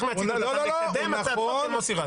מהציטוט אתה מקדם הצעת חוק של מוסי רז.